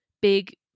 big